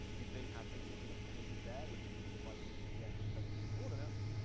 you clearly have asynchronous behaviors there, which is the device's gps returning new coordinates,